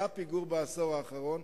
היה פיגור בעשור האחרון.